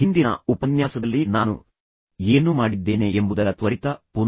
ಹಿಂದಿನ ಉಪನ್ಯಾಸದಲ್ಲಿ ನಾನು ಏನು ಮಾಡಿದ್ದೇನೆ ಎಂಬುದರ ತ್ವರಿತ ಪುನರಾವರ್ತನೆ ಮಾಡೋಣ